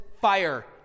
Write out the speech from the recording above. fire